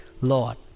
Lord